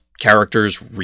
characters